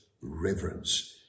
reverence